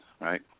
right